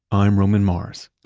i'm roman mars